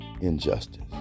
injustice